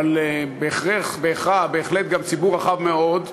אבל בהחלט גם ציבור רחב מאוד,